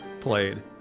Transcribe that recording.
played